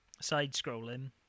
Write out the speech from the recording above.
side-scrolling